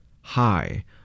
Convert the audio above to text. Hi